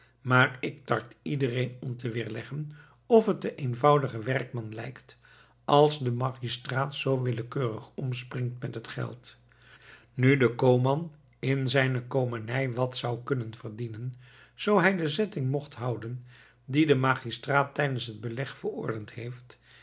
maar ik tart iedereen om te weerleggen of het den eenvoudigen werkman lijkt als de magistraat zoo willekeurig omspringt met het geld nu de coman in zijne comeny wat zou kunnen verdienen zoo hij de zetting mocht houden die de magistraat tijdens het beleg verordend heeft